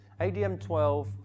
ADM-12